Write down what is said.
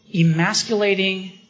emasculating